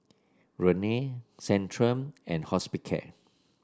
Rene Centrum and Hospicare